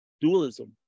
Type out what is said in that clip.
dualism